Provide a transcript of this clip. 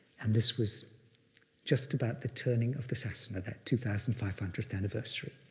and this was just about the turning of the sasana, that two thousand five hundredth anniversary.